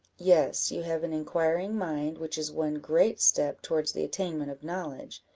yes, you have an inquiring mind, which is one great step towards the attainment of knowledge,